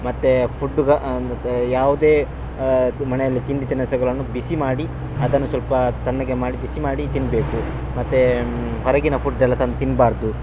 ಮತ್ತು ಫುಡ್ ಯಾವ್ದೇ ಮಣೆಯಲ್ಲಿ ತಿಂಡಿ ತಿನುಸುಗಳನ್ನು ಬಿಸಿ ಮಾಡಿ ಅದನ್ನು ಸ್ವಲ್ಪ ತಣ್ಣಗೆ ಮಾಡಿ ಬಿಸಿ ಮಾಡಿ ತಿನ್ಬೇಕು ಮತ್ತು ಹೊರಗಿನ ಫುಡ್ ಎಲ್ಲ ತಂದು ತಿನ್ಬಾರದು